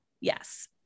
Yes